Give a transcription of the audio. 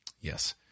Yes